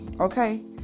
Okay